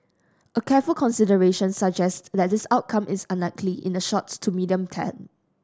a careful consideration suggests that this outcome is unlikely in the short to medium term